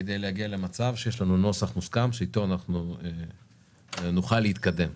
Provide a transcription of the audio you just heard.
כדי להגיע למצב שיש לנו נוסח מוסכם שאתו אנחנו נוכל להתקדם.